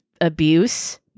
abuse